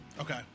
Okay